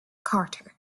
carter